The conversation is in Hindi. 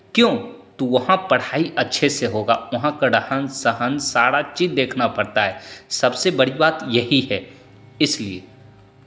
क्यों तो वहाँ पढ़ाई अच्छे से होगा वहाँ का रहन सहन सारा चीज़ देखना पड़ता है सबसे बड़ी बात यही है इसलिए